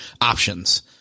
options